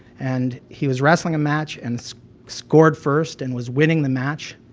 and he was wrestling a match, and scored first and was winning the match,